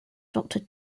doctor